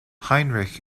heinrich